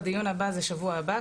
הדיון הבא זה שבוע הבא,